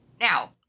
Now